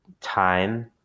time